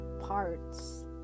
parts